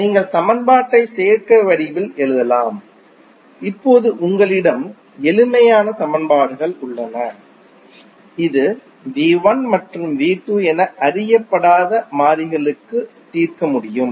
நீங்கள் சமன்பாட்டை சேர்க்கை வடிவில் எழுதலாம் இப்போது உங்களிடம் எளிமையான சமன்பாடுகள் உள்ளன இது மற்றும் என அறியப்படாத மாறிகளுக்கு தீர்க்க முடியும்